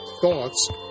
thoughts